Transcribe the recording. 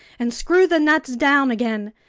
and screw the nuts down again!